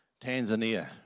Tanzania